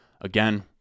Again